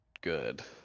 good